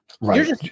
Right